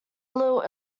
little